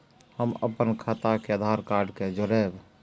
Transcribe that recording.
हम अपन खाता के आधार कार्ड के जोरैब?